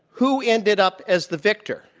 who ended up as the victor?